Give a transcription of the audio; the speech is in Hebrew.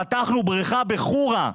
פתחנו בריכה בחורה.